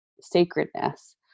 sacredness